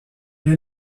est